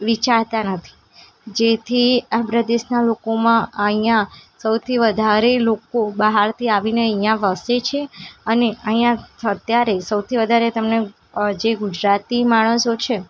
વિચારતા નથી જેથી આપણાં દેશના લોકોમાં અહીંયા સૌથી વધારે લોકો બહારથી આવીને અહીંયા વસે છે અને અહીંયા અત્યારે સૌથી વધારે તમને જે ગુજરાતી માણસો છે